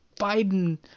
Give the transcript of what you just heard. Biden